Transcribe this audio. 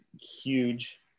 huge